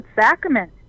Sacrament